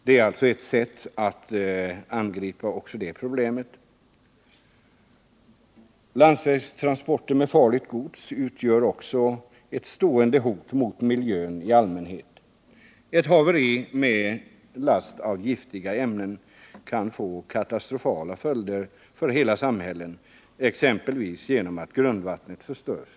Det här är en väg att gå i det arbetet. Landsvägstransporter av farligt gods utgör ett ständigt hot mot miljön i allmänhet. Ett haveri med en last av giftiga ämnen kan få katastrofala följder för hela samhällen, exempelvis genom att grundvattnet förstörs.